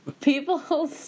people